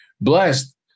blessed